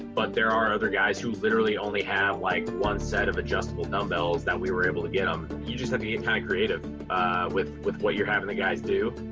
but there are other guys who literally only have, like, one set of adjustable dumbbells that we were able to get them. you just have to get kind of creative with with what you're having the guys do.